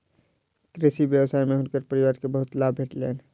कृषि व्यवसाय में हुनकर परिवार के बहुत लाभ भेटलैन